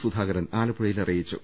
സുധാകരൻ ആലപ്പുഴയിൽ അറിയിച്ചു